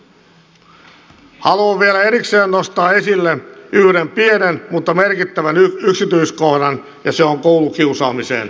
haluan vielä erikseen nostaa esille yhden pienen mutta merkittävän yksityiskohdan ja se on koulukiusaamiseen puuttuminen